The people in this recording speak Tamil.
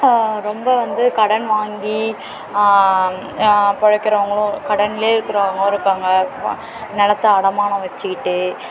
ரொம்ப வந்து கடன் வாங்கி பொழைக்கிறவங்களும் கடனில் இருக்கிறவங்களும் இருக்காங்க நிலத்த அடமானம் வச்சிக்கிட்டு